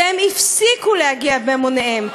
שהם הפסיקו להגיע בהמוניהם,